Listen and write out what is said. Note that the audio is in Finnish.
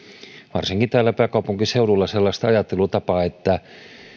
varsinkin täällä pääkaupunkiseudulla sellaista ajattelutapaa että